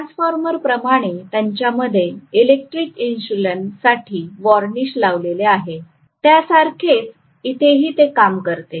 ट्रान्सफॉर्मरप्रमाणे त्यांच्यामध्ये electric insulation साठी varnish लावलेले आहे त्यासारखेच इथेही ते काम करते